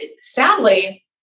sadly